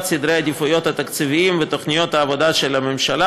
סדרי העדיפויות התקציביים ותוכנית העבודה של הממשלה